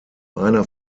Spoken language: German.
einer